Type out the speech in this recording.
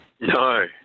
No